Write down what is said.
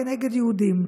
כנגד יהודים.